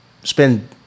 spend